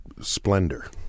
Splendor